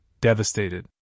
devastated